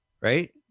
right